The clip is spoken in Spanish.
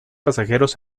pasajeros